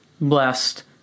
blessed